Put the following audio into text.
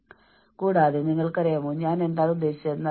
ഞാൻ സമ്മർദത്തിലാണ് നിങ്ങൾക്കറിയാമോ നമ്മൾ സാധാരണയായി പറയുന്നു ഒന്നാണിത്